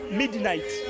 midnight